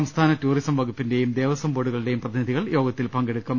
സംസ്ഥാന ടൂറിസം വകുപ്പിന്റെയും ദേവസ്വം ബോർഡുകളുടെയും പ്രതിനിധികൾ യോഗത്തിൽ പങ്കെടുക്കും